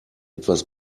etwas